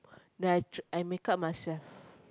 then I try I makeup myself